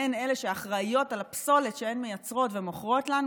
הן אלה שאחראיות על הפסולת שהן מייצרות ומוכרות לנו,